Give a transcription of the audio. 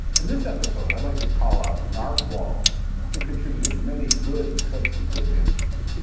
in this episode, i'd like to call out narf whals who contributed many good and substantive answers.